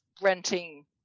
renting